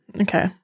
okay